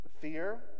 fear